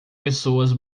pessoas